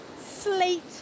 slate